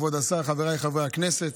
כבוד השר, חבריי חברי הכנסת,